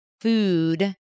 food